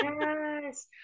Yes